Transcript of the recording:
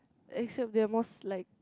except they are more like